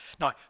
Now